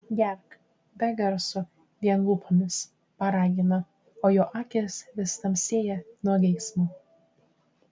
gerk be garso vien lūpomis paragina o jo akys vis tamsėja nuo geismo